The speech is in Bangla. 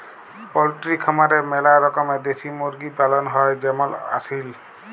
পল্ট্রি খামারে ম্যালা রকমের দেশি মুরগি পালন হ্যয় যেমল আসিল